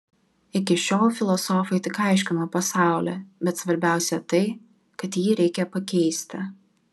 iki šiol filosofai tik aiškino pasaulį bet svarbiausia tai kad jį reikia pakeisti